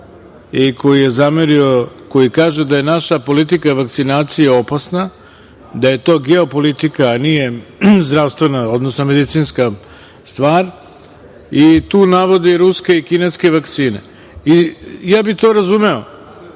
i koji je zamerio, koji kaže da je naša politika vakcinacije opasna, da je to geopolitika, a nije medicinska stvar i tu navodi ruske i kineske vakcine. To bih razumeo